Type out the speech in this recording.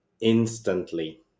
instantly